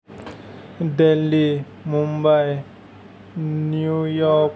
Delhi Mumbai New York